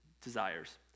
desires